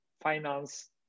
finance